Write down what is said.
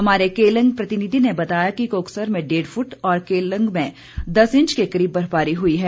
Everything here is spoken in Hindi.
हमारे केलंग प्रतिनिधि ने बताया कि कोकसर में डेढ़ फूट और केलंग में दस इंच के करीब बर्फबारी हुई है